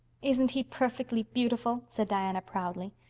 isn't he perfectly beautiful? said diana proudly.